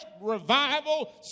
revival